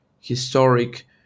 historic